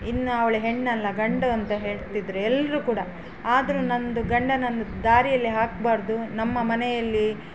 ಇನ್ನು ಅವಳು ಹೆಣ್ಣಲ್ಲ ಗಂಡು ಅಂತ ಹೇಳ್ತಿದ್ದರು ಎಲ್ಲರು ಕೂಡ ಆದರು ನನ್ದು ಗಂಡನನ್ನು ದಾರಿಯಲ್ಲಿ ಹಾಕಬಾರ್ದು ನಮ್ಮ ಮನೆಯಲ್ಲಿ